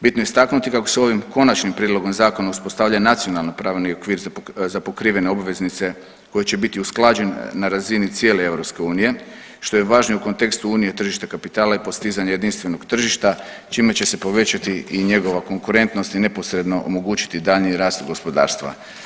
Bitno je istaknuti kako se ovim konačnim prijedlogom zakona uspostavlja nacionalni pravni okvir za pokrivene obveznice koji će biti usklađen na razini cijele EU što je važno i u kontekstu Unije tržište kapitala i postizanje jedinstvenog tržišta čime će se povećati i njegova konkurentnost i neposredno omogućiti daljnji rast gospodarstva.